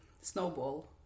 snowball